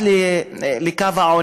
מתקומם.